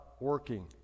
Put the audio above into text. working